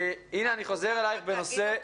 אינה אני חוזר אליך בנושא.